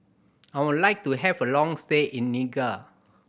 I would like to have a long stay in Niger